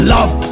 Love